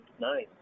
Nice